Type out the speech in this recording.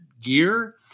gear